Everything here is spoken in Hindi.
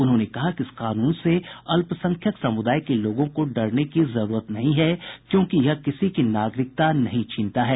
उन्होंने कहा कि इस कानून से अल्पसंख्यक समुदाय के लोगों को डरने की जरूरत नहीं है क्योंकि यह किसी की नागरिकता नहीं छीनता है